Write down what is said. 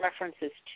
references